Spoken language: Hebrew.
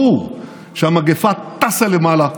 ברור, שהמגפה טסה למעלה,